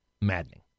Maddening